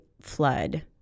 Flood